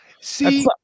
See